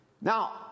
Now